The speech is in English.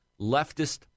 leftist